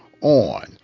on